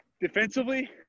defensively